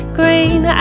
green